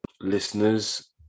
listeners